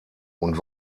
und